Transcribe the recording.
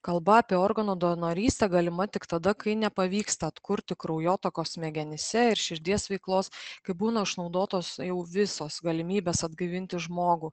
kalba apie organų donorystę galima tik tada kai nepavyksta atkurti kraujotakos smegenyse ir širdies veiklos kai būna išnaudotos jau visos galimybės atgaivinti žmogų